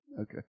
Okay